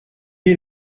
est